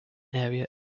area